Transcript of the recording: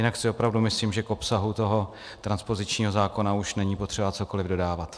Jinak si opravdu myslím, že k obsahu toho transpozičního zákona už není potřeba cokoli dodávat.